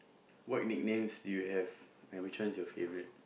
what nicknames do you have and which one is your favourite